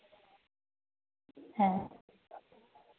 ᱦᱮᱸ